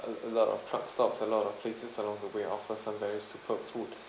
uh a lot of truck stops a lot of places along the way offer some very superb food